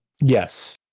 Yes